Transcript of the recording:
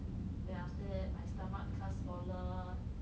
then after that my stomach because smaller